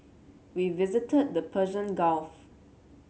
we visited the Persian Gulf